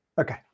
Okay